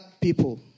people